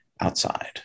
outside